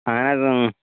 اَہَن حظ اۭں